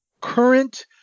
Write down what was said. current